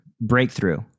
breakthrough